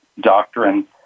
doctrine